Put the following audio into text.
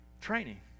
training